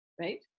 Right